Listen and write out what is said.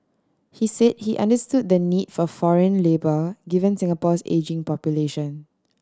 he say he understood the need for foreign labour given Singapore's ageing population